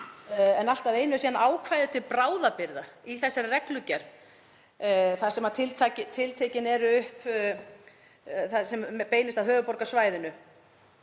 En allt að einu er síðan ákvæði til bráðabirgða í þessari reglugerð þar sem tiltekin eru atriði sem beinast að höfuðborgarsvæðinu.